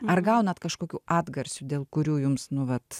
ar gaunat kažkokių atgarsių dėl kurių jums nu vat